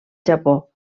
japó